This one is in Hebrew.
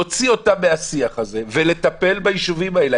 להוציא אותם מהשיח הזה ולטפל בישובים האלה.